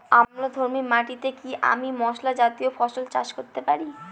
অম্লধর্মী মাটিতে কি আমি মশলা জাতীয় ফসল চাষ করতে পারি?